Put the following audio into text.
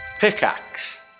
Pickaxe